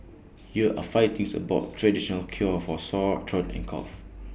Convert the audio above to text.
here are five things about traditional cure for sore throat and cough